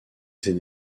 ses